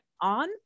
on